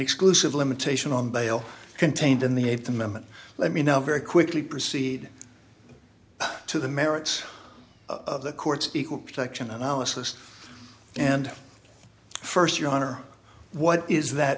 exclusive limitation on bail contained in the eighth amendment let me know very quickly proceed to the merits of the court's equal protection analysis and first your honor what is that